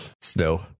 snow